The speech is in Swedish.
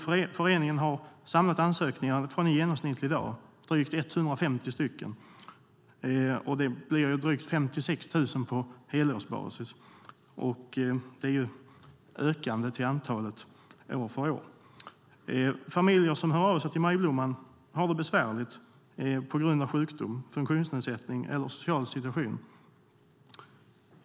Föreningen har samlat ansökningar från en genomsnittlig dag, drygt 150 stycken. Det blir drygt 56 000 på helårsbasis, och antalet ökar från år till år. Familjer som hör av sig till Majblomman har det besvärligt på grund av sjukdom, funktionsnedsättning eller social situation.